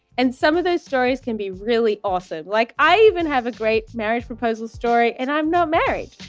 and some of those stories can be really awesome. like i even have a great marriage proposal story and i'm not married.